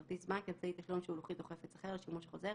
"כרטיס בנק" אמצעי תשלום שהוא לוחית או חפץ אחר לשימוש חוזר,